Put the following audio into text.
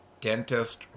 dentist